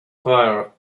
fire